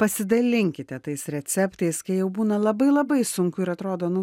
pasidalinkite tais receptais kai jau būna labai labai sunku ir atrodo nu